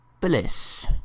bliss